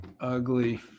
Ugly